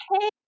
Hey